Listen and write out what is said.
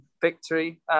victory